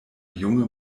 junge